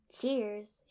Cheers